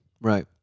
right